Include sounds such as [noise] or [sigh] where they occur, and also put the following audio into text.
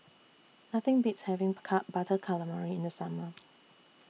[noise] Nothing Beats having [unintelligible] Butter Calamari in The Summer